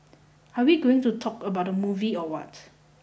are we going to talk about the movie or what